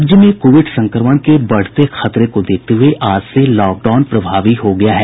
राज्य में कोविड संक्रमण के बढ़ते खतरे को देखते हुये आज से लॉकडाउन प्रभावी हो गया है